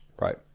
Right